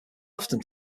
often